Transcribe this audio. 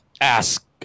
ask